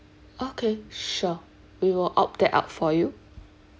okay sure we will opt that out for you